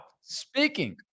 speaking